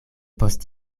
post